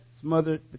smothered